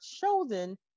chosen